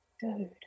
Dude